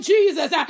Jesus